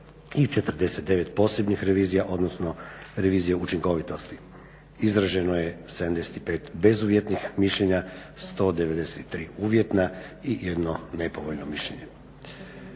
i 49 posebnih revizija, odnosno revizija učinkovitosti. Izraženo je 75 bezuvjetnih mišljenja, 193 uvjetna i 1 nepovoljno mišljenje.